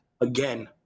again